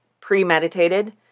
premeditated